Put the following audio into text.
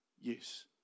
yes